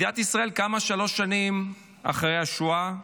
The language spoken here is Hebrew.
מדינת ישראל קמה שלוש שנים אחרי השואה.